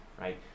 Right